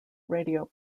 radio